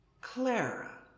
Clara